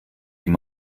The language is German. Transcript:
ihm